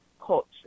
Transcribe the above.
culture